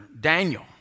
Daniel